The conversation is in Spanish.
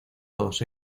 todos